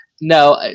No